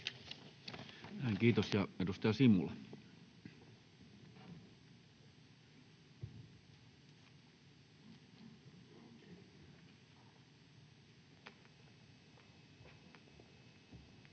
kiitos. — Edustaja Simula.